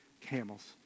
camels